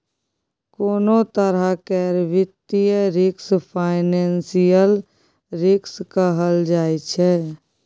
कोनों तरह केर वित्तीय रिस्क फाइनेंशियल रिस्क कहल जाइ छै